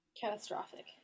catastrophic